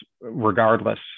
regardless